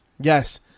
Yes